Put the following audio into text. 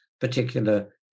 particular